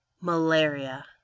Malaria